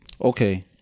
Okay